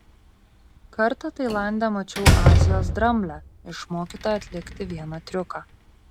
kartą tailande mačiau azijos dramblę išmokytą atlikti vieną triuką